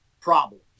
problem